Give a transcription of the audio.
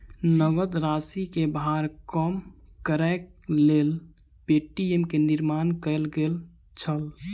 नकद राशि के भार कम करैक लेल पे.टी.एम के निर्माण कयल गेल छल